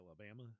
Alabama